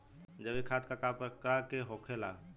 जैविक खाद का प्रकार के होखे ला?